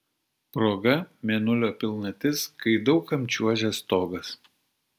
proga mėnulio pilnatis kai daug kam čiuožia stogas